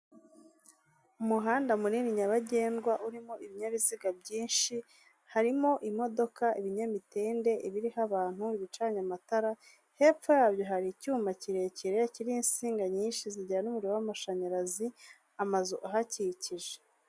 Umuhanda munini nyabagendwa urimo ibinyabiziga byinshi, harimo imodoka, ibinyamitende, ibiriho abantu, ibicanye amatara, hepfo yabyo hari icyuma kirekire kiriho insinga nyinshi zijyana umuriro w'amashanyarazi, amazu ahakikije.